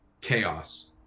chaos